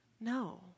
No